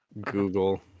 Google